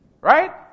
Right